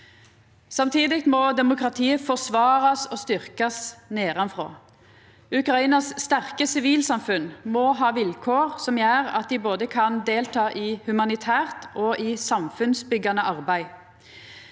Samtidig må demokratiet forsvarast og styrkjast nedanfrå. Ukrainas sterke sivilsamfunn må ha vilkår som gjer at dei kan delta både i humanitært og i samfunnsbyggjande arbeid.